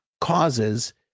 causes